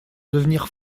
devenir